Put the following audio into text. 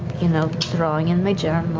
you know, drawing in my journal.